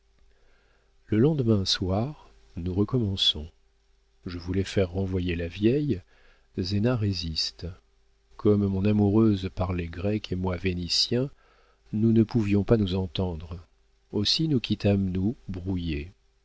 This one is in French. le lendemain soir nous recommençons je voulais faire renvoyer la vieille zéna résiste comme mon amoureuse parlait grec et moi vénitien nous ne pouvions pas nous entendre aussi nous quittâmes nous brouillés